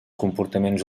comportaments